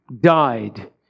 died